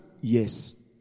Yes